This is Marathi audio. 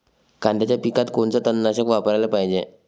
कांद्याच्या पिकात कोनचं तननाशक वापराले पायजे?